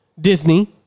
Disney